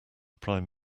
prime